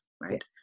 right